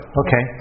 okay